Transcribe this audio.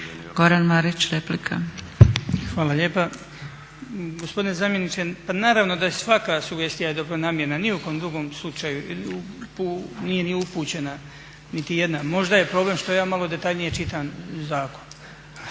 Goran (HDZ)** hvala lijepa. Gospodine zamjeniče, pa naravno da je svaka sugestija dobronamjerna ni u kom drugom slučaju nije ni upućena niti jedna, možda je problem što ja malo detaljnije čitam zakon.